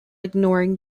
ignoring